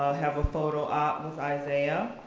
have a photo op with isaiah.